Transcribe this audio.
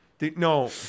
No